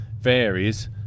varies